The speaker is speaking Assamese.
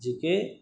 যি কি